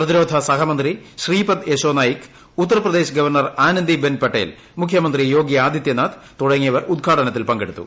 പ്രതിരോധ സഹമന്ത്രി ശ്രീപദ് യശോ നായിക് ഉത്തർപ്രദേശ് ഗവർണർ ആനന്ദിബെൻ പട്ടേൽ ്ട്ര മുഖ്യമന്ത്രി യോഗി ആദിത്യനാഥ് തുടങ്ങിയവർ ഉദ്ഘൂട്ട്ന്ത്തിൽ പങ്കെടുത്തു